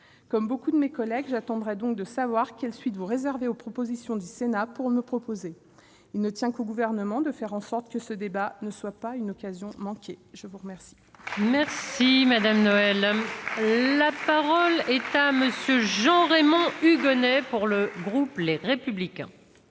Comme beaucoup de mes collègues, j'attendrai donc de voir quelle suite vous réserverez aux propositions du Sénat pour me prononcer. Il ne tient qu'au Gouvernement de faire en sorte que ce débat ne soit pas une occasion manquée. La parole